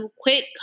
quick